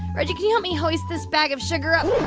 reggie, can you help me hoist this bag of sugar up?